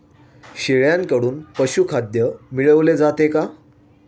शेळ्यांकडून पशुखाद्य मिळवले जाते का?